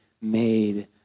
made